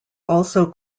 also